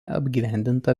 apgyvendinta